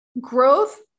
growth